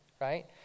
right